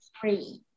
three